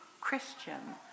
Christian